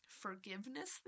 forgiveness